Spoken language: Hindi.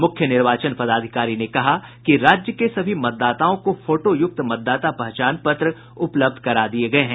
मुख्य निर्वाचन पदाधिकारी ने कहा कि राज्य के सभी मतदाताओं को फोटोयुक्त मतदाता पहचान पत्र उपलब्ध करा दिये गये हैं